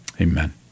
amen